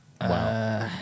Wow